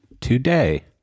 today